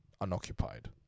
unoccupied